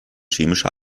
chemische